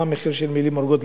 מה המחיר של מלים הורגות.